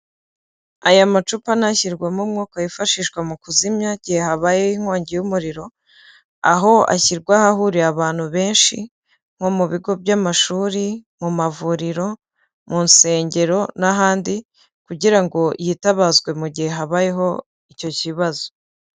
Aya macupa ntashyirwamo umwuka wifashishwa mu kuzimya igihe habayeho inkongi y'umuriro, aho ashyirwa ahahuriye abantu benshi, nko mu bigo by'amashuri, mu mavuriro, mu nsengero, n'ahandi kugira ngo yitabazwe mu gihe habayeho icyo kibazo.